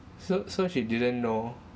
so so she didn't know